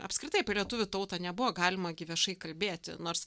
apskritai apie lietuvių tautą nebuvo galima gi viešai kalbėti nors